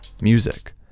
music